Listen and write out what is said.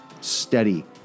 steady